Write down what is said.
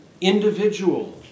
individual